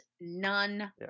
none